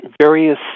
various